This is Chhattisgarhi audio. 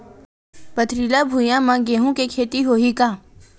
पथरिला भुइयां म गेहूं के खेती होही का?